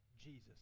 Jesus